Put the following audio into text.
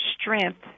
strength